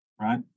right